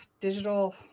digital